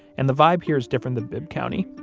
and the vibe here is different than bibb county.